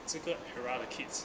这个 era 的 kids